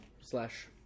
slash